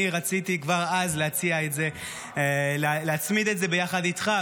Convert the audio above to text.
אני רציתי כבר אז להציע להצמיד את זה ביחד איתך,